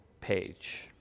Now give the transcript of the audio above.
page